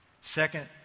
Second